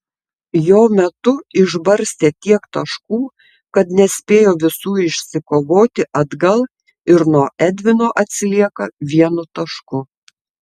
jo metu išbarstė tiek taškų kad nespėjo visų išsikovoti atgal ir nuo edvino atsilieka vienu tašku